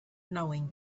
knowing